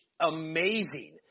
amazing